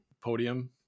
podium